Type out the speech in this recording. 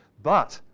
but,